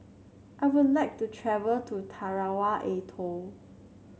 I would like to travel to Tarawa Atoll